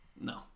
No